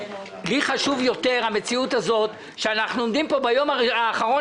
לי חשוב יותר המציאות הזאת שאנחנו עומדים פה ביום האחרון